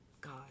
God